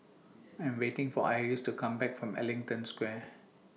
I'm waiting For Iris to Come Back from Ellington Square